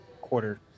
quarter